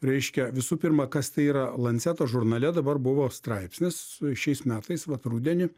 reiškia visų pirma kas tai yra lanceto žurnale dabar buvo straipsnis šiais metais vat rudenį